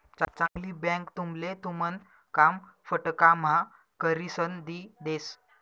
चांगली बँक तुमले तुमन काम फटकाम्हा करिसन दी देस